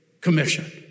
Commission